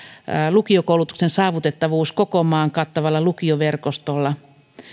lukiokoulutuksen saavutettavuus koko maan kattavalla lukioverkostolla